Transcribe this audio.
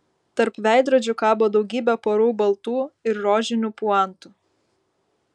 tarp veidrodžių kabo daugybė porų baltų ir rožinių puantų